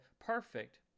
perfect